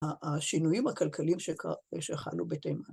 ‫השינויים הכלכליים שחלו בתימן.